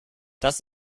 das